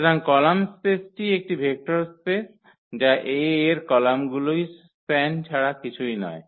সুতরাং কলাম স্পেসটি একটি ভেক্টর স্পেস যা 𝐴 এর কলামগুলির স্প্যান ছাড়া কিছুই নয়